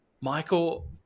Michael